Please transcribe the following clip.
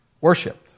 worshipped